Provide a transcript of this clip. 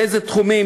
באיזה תחומים,